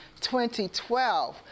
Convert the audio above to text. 2012